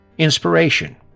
Inspiration